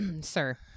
sir